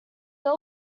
they